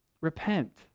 repent